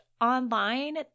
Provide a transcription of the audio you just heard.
online